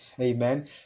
Amen